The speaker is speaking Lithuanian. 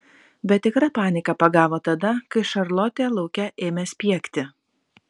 bet tikra panika pagavo tada kai šarlotė lauke ėmė spiegti